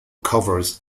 covers